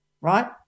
right